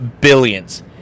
billions